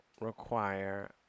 require